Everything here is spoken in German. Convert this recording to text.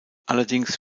allerdings